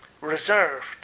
Reserved